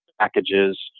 packages